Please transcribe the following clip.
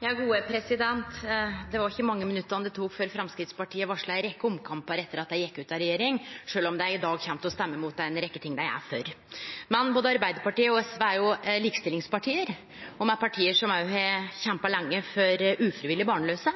Det var ikkje mange minuttane det tok før Framstegspartiet varsla ei rekkje omkampar etter at dei gjekk ut av regjering, sjølv om dei i dag kjem til å stemme imot ei rekkje ting dei er for. Men både Arbeidarpartiet og SV er jo likestillingsparti, og me er parti som har kjempa lenge for ufrivillig barnlause.